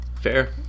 Fair